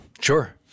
Sure